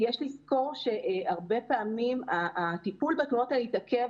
יש לזכור שהרבה פעמים הטיפול בתלונות התעכב